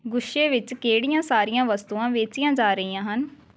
ਗੁੱਛੇ ਵਿੱਚ ਕਿਹੜੀਆਂ ਸਾਰੀਆਂ ਵਸਤੂਆਂ ਵੇਚੀਆਂ ਜਾ ਰਹੀਆਂ ਹਨ